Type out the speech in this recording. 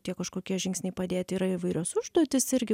tie kažkokie žingsniai padėti yra įvairios užduotys irgi